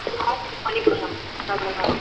கொஞ்சம் பார்த்து நீங்கள் பண்ணிக்கொடுங்க மேம் அவ்வளோதான்